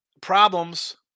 problems